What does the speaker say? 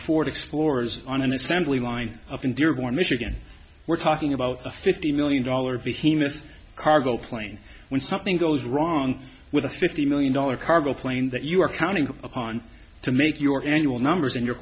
ford explorers on an assembly line up in dearborn michigan we're talking about a fifty million dollars behemoths cargo plane when something goes wrong with a fifty million dollars cargo plane that you are counting upon to make your annual numbers and your